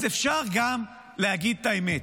אז אפשר גם להגיד את האמת,